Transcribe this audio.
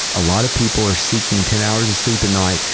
a lot of people are seeking ten hours of sleep a night,